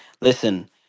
Listen